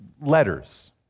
letters